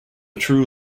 true